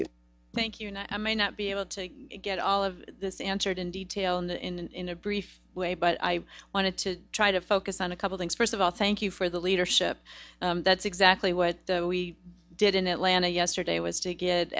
you thank you know i may not be able to get all of this answered in detail in brief way but i wanted to try to focus on a couple things first of all thank you for the leadership that's exactly what we did in atlanta yesterday was to get